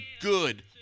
good